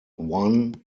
one